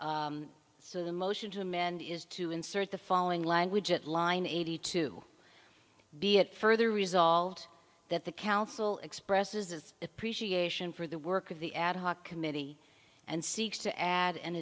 so the motion to amend is to insert the following language at line eighty two be it further resolved that the council expresses its appreciation for the work of the ad hoc committee and seeks to add an